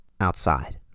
outside